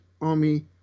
Army